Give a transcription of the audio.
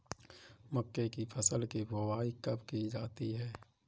मक्के की फसल की बुआई कब की जाती है?